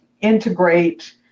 integrate